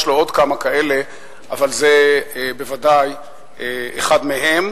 יש לו עוד כמה כאלה, אבל זה בוודאי אחד מהם.